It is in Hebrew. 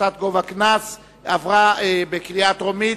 (הפחתת גובה קנס בשל תשלום מיידי) עברה בקריאה טרומית,